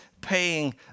paying